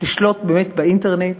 לשלוט באינטרנט,